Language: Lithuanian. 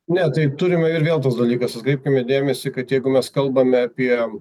ne tai turime ir vėl tas dalykas atkreipkime dėmesį kad jeigu mes kalbame apie